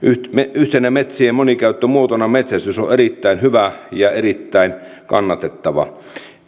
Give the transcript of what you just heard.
yhtenä metsien monikäyttömuotona metsästys on erittäin hyvä ja erittäin kannatettava